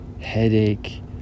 headache